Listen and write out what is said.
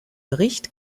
bericht